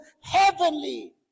heavenly